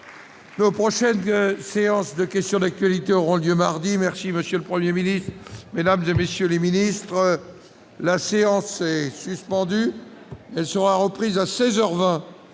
samedi, séance de questions d'actualité, auront lieu mardi, merci Monsieur le 1er Ministre Mesdames et messieurs les ministres, la séance est suspendue, elle sera reprise à 16